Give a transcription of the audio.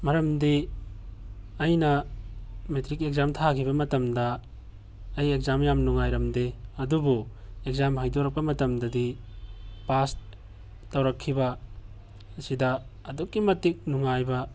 ꯃꯔꯝꯗꯤ ꯑꯩꯅ matric exam ꯊꯥꯈꯤꯕ ꯃꯇꯝꯗ ꯑꯩ ꯑꯦꯛꯖꯥꯝ ꯌꯥꯝ ꯅꯨꯉꯥꯏꯔꯝꯗꯦ ꯑꯗꯨꯕꯨ ꯑꯦꯛꯖꯥꯝ ꯍꯥꯏꯗꯣꯔꯛꯄ ꯃꯇꯝꯗꯗꯤ ꯄꯥꯁ ꯇꯧꯔꯛꯈꯤꯕ ꯑꯁꯤꯗ ꯑꯗꯨꯛꯀꯤ ꯃꯇꯤꯛ ꯅꯨꯉꯥꯏꯕ